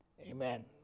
Amen